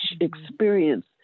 experience